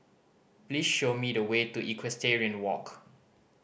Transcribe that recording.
please show me the way to Equestrian Walk